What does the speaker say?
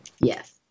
Yes